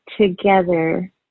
together